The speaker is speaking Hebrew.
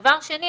דבר שני,